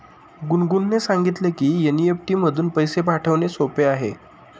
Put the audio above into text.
गुनगुनने सांगितले की एन.ई.एफ.टी मधून पैसे पाठवणे सोपे आहे